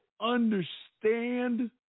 understand